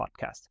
podcast